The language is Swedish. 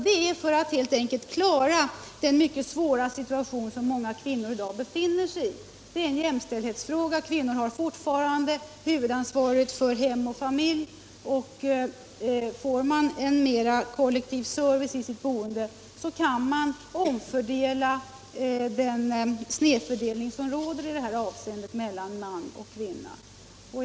Detta behövs helt enkelt för att kunna klara den svåra situation som många kvinnor i dag befinner sig i. Det är en jämställdhetsfråga; kvinnor har fortfarande huvudansvaret för barn och familj, men med mera kollektiv service i sitt boende kan de rätta till den snedfördelning som råder i det här avseendet mellan man och kvinna.